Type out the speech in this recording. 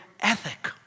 ethic